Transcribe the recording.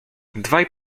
dwaj